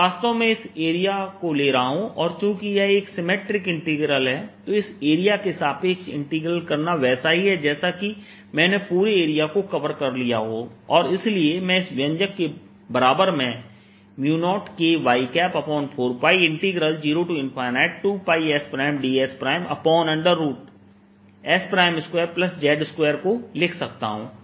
मैं वास्तव में इस एरिया को ले रहा हूं और चूंकि यह एक सिमिट्रिक इंटीग्रल है तो इस एरिया के सापेक्ष इंटीग्रेट करना वैसा ही है जैसे कि मैंने पूरे एरिया को कवर कर लिया हो और इसलिए मैं इस व्यंजक के बराबर में 0Ky4π02πsdss2z2 को लिख सकता हूं